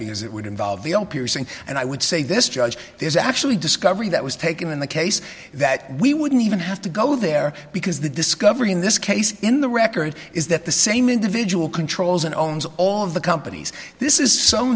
because it would involve the own piercing and i would say this judge is actually discovery that was taken in the case that we wouldn't even have to go there because the discovery in this case in the record is that the same individual controls and owns all of the companies this is so